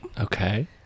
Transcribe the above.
Okay